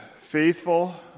faithful